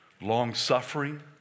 long-suffering